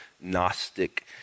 Gnostic